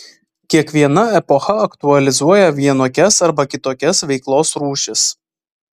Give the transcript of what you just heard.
kiekviena epocha aktualizuoja vienokias arba kitokias veiklos rūšis